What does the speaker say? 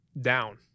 down